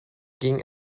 ging